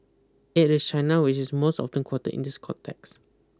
it is China which is most often quote in this context